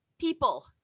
people